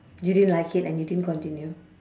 you didn't like it and you didn't continue